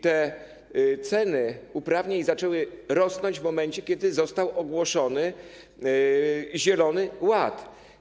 Te ceny uprawnień zaczęły rosnąć w momencie, kiedy został ogłoszony zielony ład.